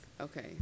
okay